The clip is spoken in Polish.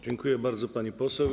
Dziękuję bardzo, pani poseł.